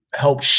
help